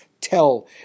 tell